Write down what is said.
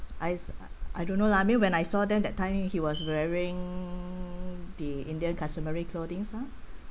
I s~ I I don't know lah I mean when I saw them that time he was wearing the indian customary clothings ah